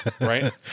Right